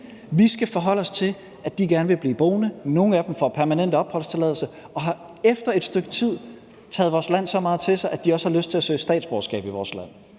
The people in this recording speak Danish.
vi skal forholde os til, at de gerne vil blive boende. Nogle af dem får permanent opholdstilladelse og har efter et stykke tid taget vores land så meget til sig, at de også har lyst til at søge statsborgerskab i vores land.